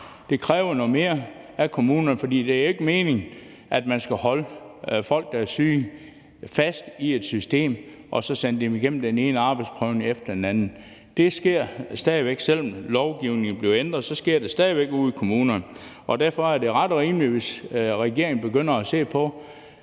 Det kræver noget mere af kommunerne, for det er ikke meningen, at man skal holde folk, der er syge, fast i et system og så sende dem igennem den ene arbejdsprøvning efter den anden. Det sker stadig væk ude i kommunerne, selv om lovgivningen blev ændret, og derfor er det ret og rimeligt, hvis regeringen begynder at se på